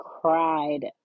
cried